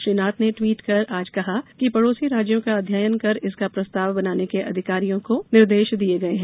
श्री नाथ ने ट्वीट कर आज कहा कि पड़ौसी राज्यों का अध्ययन कर इसका प्रस्ताव बनाने के अधिकारियों को निर्देश दिये गये हैं